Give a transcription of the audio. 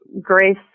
grace